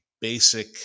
basic